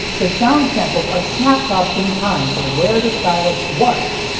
the sound samples are snapshots in time of where the stylus was.